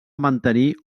mantenir